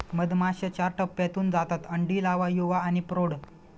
मधमाश्या चार टप्प्यांतून जातात अंडी, लावा, युवा आणि प्रौढ